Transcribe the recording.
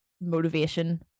motivation